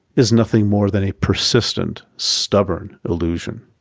is nothing more than a persistent, stubborn illusion.